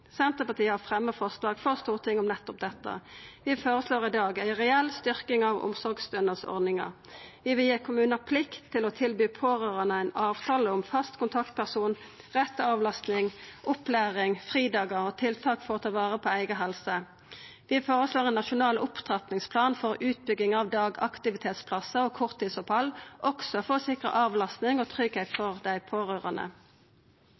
Senterpartiet har fremja forslag for Stortinget om nettopp dette. Vi føreslår i dag ei reell styrking av omsorgsstønadsordninga. Vi vil gi kommunar plikt til å tilby pårørande ein avtale om fast kontaktperson, rett til avlastning, opplæring, fridagar og tiltak for å ta vare på eiga helse. Vi føreslår ein nasjonal opptrappingsplan for utbygging av dagaktivitetsplassar og korttidsopphald, også for å sikra avlastning og